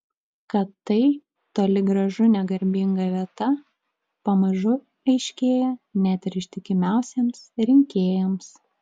kad tai toli gražu ne garbinga vieta pamažu aiškėja net ir ištikimiausiems rinkėjams